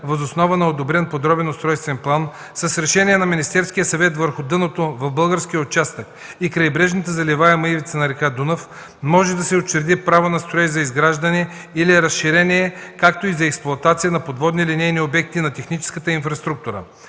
въз основа на одобрен подробен устройствен план, с решение на Министерския съвет върху дъното в българския участък и крайбрежната заливаема ивица на река Дунав може да се учреди право на строеж за изграждане или разширение, както и за експлоатация на подводни линейни обекти на техническата инфраструктура.